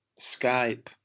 Skype